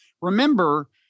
remember